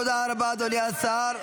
תודה רבה, אדוני השר.